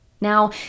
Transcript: Now